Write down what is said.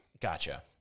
Gotcha